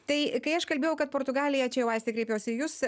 tai kai aš kalbėjau kad portugalija čia jau aiste kreipiuosi į jus